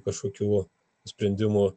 kažkokių sprendimų